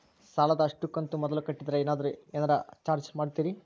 ಸಾಲದ ಅಷ್ಟು ಕಂತು ಮೊದಲ ಕಟ್ಟಿದ್ರ ಏನಾದರೂ ಏನರ ಚಾರ್ಜ್ ಮಾಡುತ್ತೇರಿ?